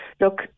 look